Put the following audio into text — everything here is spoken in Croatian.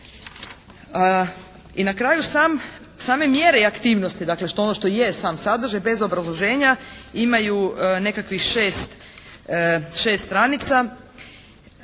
I na kraju sam, same mjere i aktivnosti dakle ono što je sam sadržaj bez obrazloženja imaju nekakvih 6, 6 stranica.